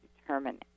determine